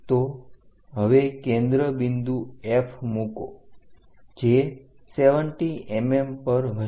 તો હવે કેન્દ્ર બિંદુ F મૂકો જે 70 mm પર હશે